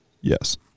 Yes